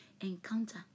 encounter